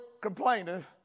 complaining